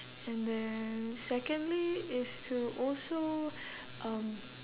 and then secondly is to also um